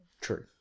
True